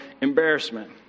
embarrassment